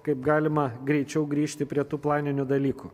kaip galima greičiau grįžti prie tų planinių dalykų